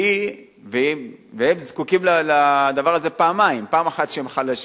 והם זקוקים לדבר הזה פעמיים: פעם אחת כי הם חלשים,